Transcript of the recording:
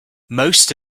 most